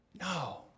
No